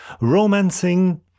romancing